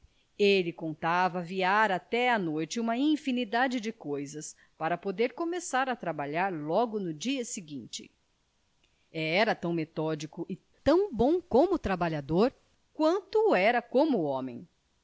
ele contava aviar até a noite uma infinidade de coisas para poder começar a trabalhar logo no dia seguinte era tão metódico e tão bom como trabalhador quanto o era como homem